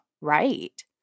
right